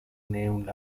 named